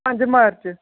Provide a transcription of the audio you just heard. ਪੰਜ ਮਾਰਚ